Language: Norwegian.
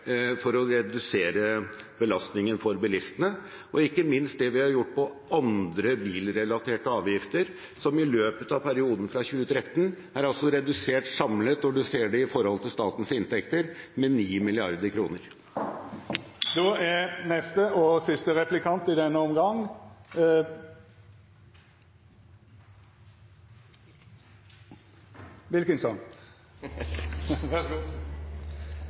for å redusere belastningen for bilistene, ikke minst det vi har gjort på andre bilrelaterte avgifter, som i løpet av perioden fra 2013 er redusert samlet, når man ser det i forhold til statens inntekter, med